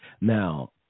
Now